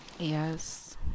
yes